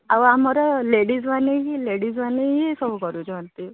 ଆଉ ଆମର ଲେଡ଼ିଜ୍ମାନେ ହିଁ ଲେଡ଼ିଜ୍ମାନେ ହିଁ ସବୁ କରୁଛନ୍ତି